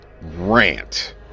Rant